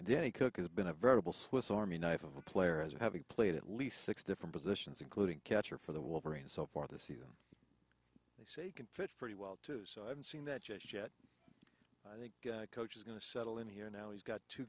and then he cook has been a variable swiss army knife of a player as having played at least six different positions including catcher for the wolverine so far this season they say can fit for a while too so i haven't seen that just yet i think coach is going to settle in here now he's got two